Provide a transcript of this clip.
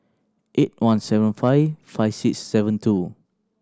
eight one seven five five six seven two